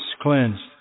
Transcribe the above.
cleansed